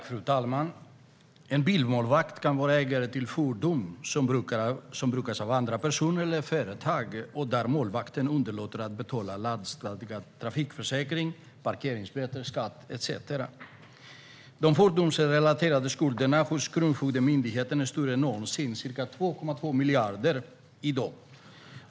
Fru talman! En bilmålvakt kan vara ägare till fordon som brukas av andra personer eller företag och för vilka målvakten underlåter att betala lagstadgad trafikförsäkring, parkeringsböter, skatt etcetera. De fordonsrelaterade skulderna hos Kronofogdemyndigheten är i dag större än någonsin, ca 2,2 miljarder.